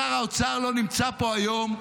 שר האוצר לא נמצא פה היום,